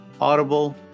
Audible